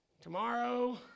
Tomorrow